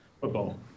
football